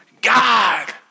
God